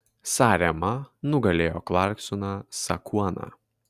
sarema nugalėjo klarksoną sakuoną